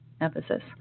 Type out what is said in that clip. emphasis